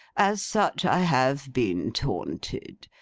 as such i have been taunted.